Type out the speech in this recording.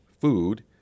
food